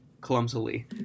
clumsily